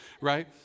Right